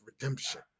redemption